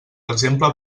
exemple